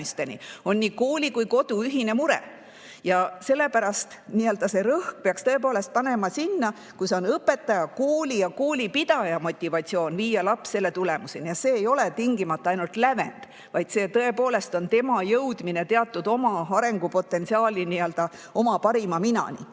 on kooli ja kodu ühine mure. Sellepärast peaks rõhu tõepoolest panema sinna, kus on õpetaja, kooli ja koolipidaja motivatsioon viia laps selle tulemuseni. See ei ole tingimata ainult lävend, vaid see tõepoolest on tema jõudmine oma teatud arengupotentsiaalis nii-öelda oma parima minani.